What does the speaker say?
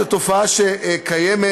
זו תופעה קיימת,